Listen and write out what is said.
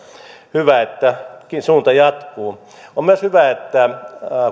hyvä että suunta jatkuu on myös hyvä että